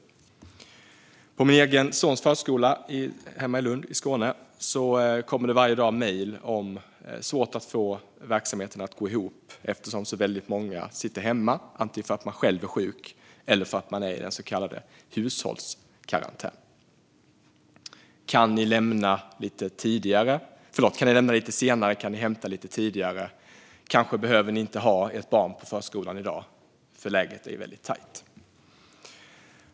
Från min sons förskola hemma i Lund, i Skåne, kommer det varje dag mejl om att det är svårt att få verksamheten att gå ihop eftersom väldigt många är hemma. Antingen är de själva sjuka eller så sitter de i så kallad hushållskarantän. Kan ni lämna lite senare? Kan ni hämta lite tidigare? Kanske behöver ni inte ha ert barn på förskolan i dag, för läget är väldigt tajt.